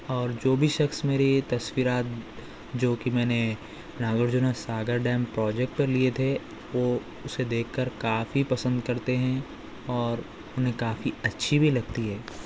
اور جو بھی شخص میری تصویرات جو کہ میں نے ناگرجنا ساگر ڈیام پروجیکٹ پر لیے تھے وہ اسے دیکھ کر کافی پسند کرتے ہیں اور انہیں کافی اچھی بھی لگتی ہے